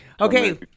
Okay